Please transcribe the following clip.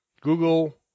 Google